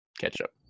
Ketchup